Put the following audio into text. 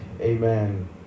Amen